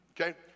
Okay